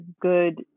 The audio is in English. good